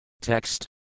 Text